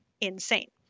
insane